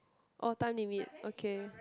oh time limit okay